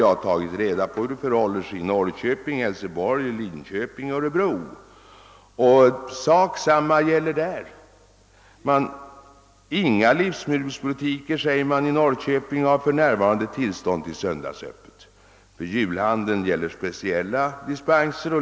Jag har tagit reda på hur det förhåller sig i Norrköping, Hälsingborg, Linköping och Örebro. Samma sak gäller där. Inga livsmedelsbutiker, säger man i Norrköping, har för närvarande tillstånd att ha söndagsöppet. För julhandeln gäller speciella dispenser.